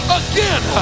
again